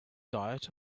diet